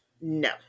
No